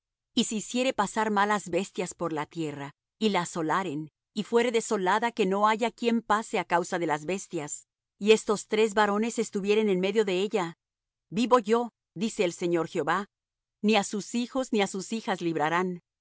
y si hiciere pasar malas bestias por la tierra y la asolaren y fuere desolada que no haya quien pase á causa de las bestias y estos tres varones estuvieren en medio de ella vivo yo dice el señor jehová ni á sus hijos ni á sus hijas librarán